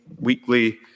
weekly